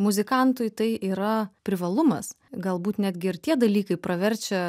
muzikantui tai yra privalumas galbūt netgi ir tie dalykai praverčia